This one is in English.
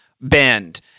bend